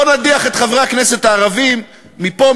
בוא נדיח את חברי הכנסת הערבים מפה,